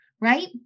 Right